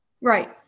Right